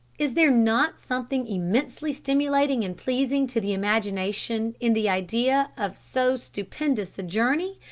is there not something immensely stimulating and pleasing to the imagination in the idea of so stupendous a journey,